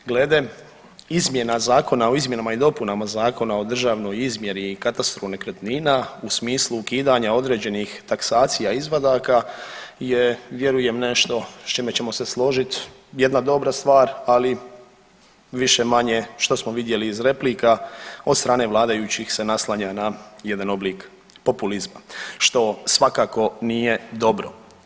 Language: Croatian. Glede izmjena Zakona o izmjenama i dopunama Zakona o državnoj izmjeri i katastru nekretnina u smislu ukidanja određenih taksacija, izvadaka je vjerujem nešto s čime ćemo se složiti jedna dobra stvar ali više-manje što smo vidjeli iz replika od strane vladajućih se naslanja na jedan oblik populizma što svakako nije dobro.